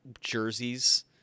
jerseys